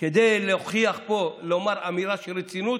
כדי להוכיח ולומר אמירה של רצינות,